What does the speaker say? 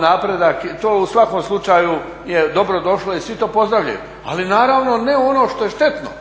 napredak, to u svakom slučaju je dobro došlo i svi to pozdravljaju, ali naravno ne ono što je štetno